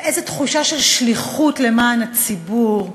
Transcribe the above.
ואיזו תחושה של שליחות למען הציבור,